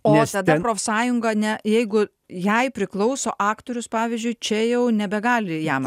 o tada profsąjunga ne jeigu jai priklauso aktorius pavyzdžiui čia jau nebegali jam